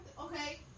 Okay